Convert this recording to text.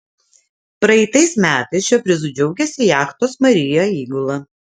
praeitais metais šiuo prizu džiaugėsi jachtos maria įgula